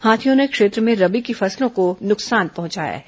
हाथियों र्न क्षेत्र में रबी की फसलों को भी नुकसान पहंचाया है